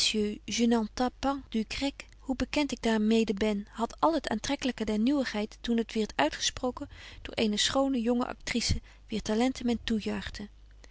hoe bekent ik daar mede ben hadt al het aantreklyke der nieuwigheid toen het wierdt uitgesproken door eene schone jonge actrice